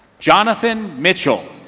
jonathan mitchell.